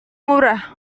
murah